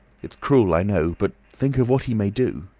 it's cruel, i know. but think of what he may do!